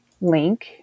link